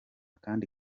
kandi